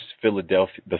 Philadelphia